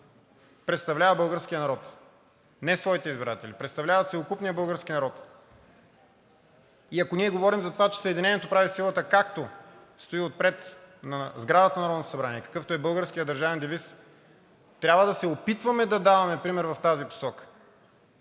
представлява българския народ – не своите избиратели, а представлява целокупния български народ. И ако ние говорим за това, че „Съединението прави силата“, както стои отпред на сградата на Народното събрание – какъвто е българският държавен девиз, трябва да се опитваме да даваме пример в тази посока,